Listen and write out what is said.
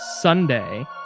Sunday